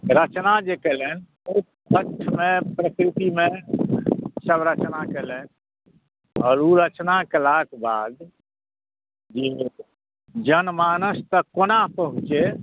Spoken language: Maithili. रचना जे कयलनि ओई परिस्थिति मे सब रचना केयलनि आओर ई रचना केलाक बाद जे जनमानस तक कोना पहुॅंचै